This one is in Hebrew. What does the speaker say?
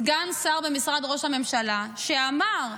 סגן שר במשרד ראש הממשלה, שאמר: